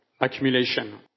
accumulation